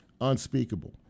unspeakable